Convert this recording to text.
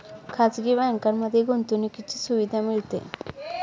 खाजगी बँकांमध्ये गुंतवणुकीची सुविधा मिळते